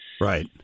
Right